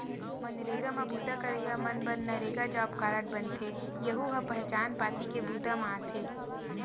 मनरेगा म बूता करइया मन बर नरेगा जॉब कारड बनथे, यहूं ह पहचान पाती के बूता म आथे